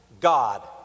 God